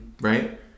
right